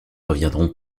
reviendront